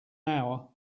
hour